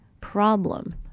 problem